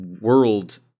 world